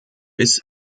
bis